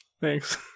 thanks